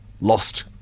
lost